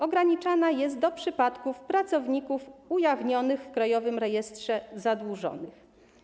Ograniczana jest do przypadków pracowników ujawnionych w Krajowym Rejestrze Zadłużonych.